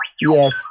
Yes